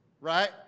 right